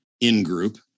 in-group